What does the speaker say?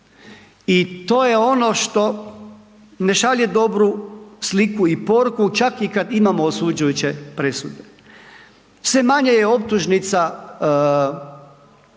i to je ono što ne šalje dobru sliku i poruku čak i kad imamo osuđujuće presude. Sve manje je optužnica u